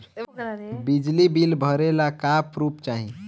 बिजली बिल भरे ला का पुर्फ चाही?